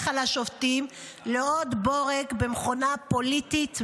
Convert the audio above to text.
על השופטים לעוד בורג במכונה פוליטית משומנת.